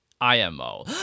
IMO